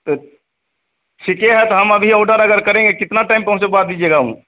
तो ठीक है तो हम अभी और्डर अगर करेंगे कितने टाइम पहुँचवा दीजिएगा हूँ